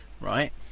right